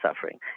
suffering